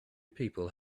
people